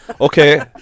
okay